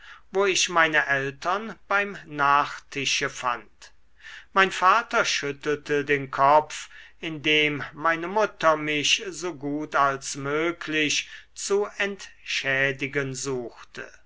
wo ich meine eltern beim nachtische fand mein vater schüttelte den kopf indem meine mutter mich so gut als möglich zu entschädigen suchte